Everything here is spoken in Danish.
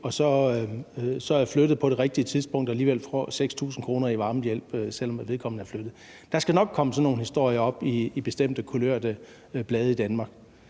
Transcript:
og så er flyttet på det rigtige tidspunkt og alligevel får 6.000 kr. i varmehjælp, selv om vedkommende er flyttet. Der skal nok komme sådan nogle historier op i bestemte kulørte blade i Danmark.